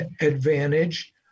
advantage